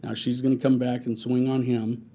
ah she's going to come back and swing on him.